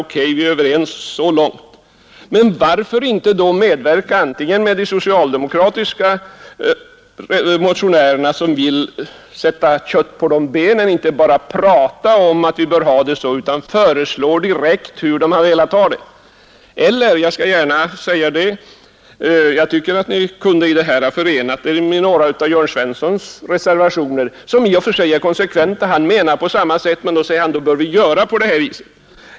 OK, vi är överens så långt. Men varför då inte samarbeta med de socialdemokratiska motionärerna som vill sätta kött på benen och inte bara prata om att vi bör ha det så utan som direkt föreslår hur de vill ha det? Eller, jag skall gärna säga det, ni kunde gärna ha ställt er bakom några av Jörn Svenssons reservationer som i och för sig är konsekventa. Han menar detsamma men säger också att vi bör handla på ett visst sätt.